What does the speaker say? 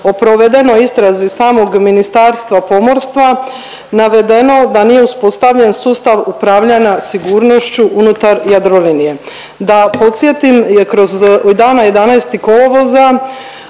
o provedenoj istrazi samog Ministarstva pomorstva navedeno da nije uspostavljen sustav upravljanja sigurnošću unutar Jadrolinije. Da podsjetim, dana 11. kolovoza